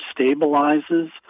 stabilizes